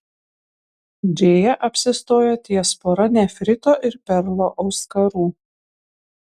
džėja apsistojo ties pora nefrito ir perlų auskarų